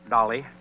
Dolly